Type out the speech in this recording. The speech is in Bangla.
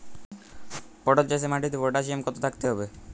পটল চাষে মাটিতে পটাশিয়াম কত থাকতে হবে?